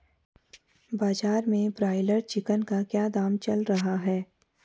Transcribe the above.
बाजार में broiler chicken का क्या दाम चल रहा है?